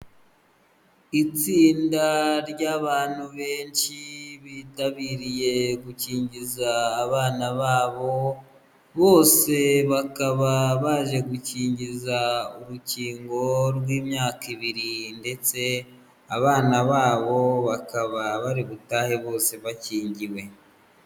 Itsinda ry'abantu benshi bitabiriye gukingiza abana babo, bose bakaba baje gukingiza urukingo rw'imyaka ibiri, ndetse abana babo bakaba bari butahe bose bakingiwe.